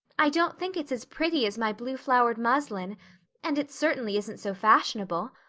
i don't think it's as pretty as my blue-flowered muslin and it certainly isn't so fashionable.